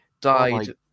died